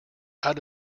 out